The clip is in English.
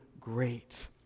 great